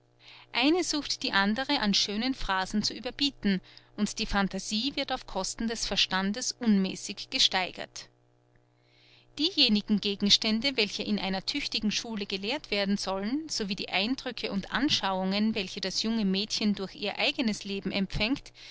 eine sucht die andere an schönen phrasen zu überbieten und die phantasie wird auf kosten des verstandes unmäßig gesteigert diejenigen gegenstände welche in einer tüchtigen schule gelehrt werden sollen so wie die eindrücke und anschauungen welche das junge mädchen durch ihr eignes leben empfängt